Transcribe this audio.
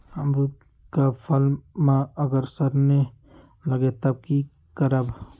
अमरुद क फल म अगर सरने लगे तब की करब?